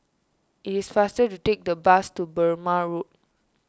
it is faster to take the bus to Burmah Road